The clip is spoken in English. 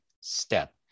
step